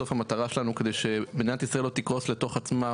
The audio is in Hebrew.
בסוף המטרה שלנו כדי שמדינת ישראל לא תקרוס לתוך עצמה,